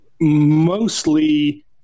mostly